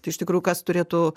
tai iš tikrųjų kas turėtų